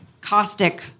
caustic